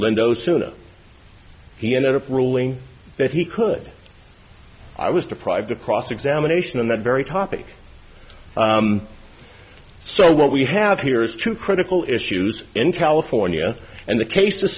windows suna he ended up ruling that he could i was deprived of cross examination on that very topic so what we have here is two critical issues in california and the case